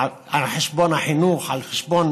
על חשבון החינוך, על חשבון